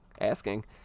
asking